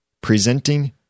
presenting